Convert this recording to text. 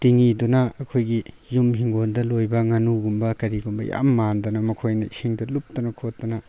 ꯇꯤꯉꯤꯗꯨꯅ ꯑꯩꯈꯣꯏꯒꯤ ꯌꯨꯝ ꯏꯪꯈꯣꯜꯗ ꯂꯣꯏꯕ ꯉꯥꯅꯨꯒꯨꯝꯕ ꯀꯔꯤꯒꯨꯝꯕ ꯌꯥꯝ ꯃꯥꯟꯗꯅ ꯃꯈꯣꯏꯅ ꯏꯁꯤꯡꯗ ꯂꯨꯞꯇꯅ ꯈꯣꯠꯇꯅ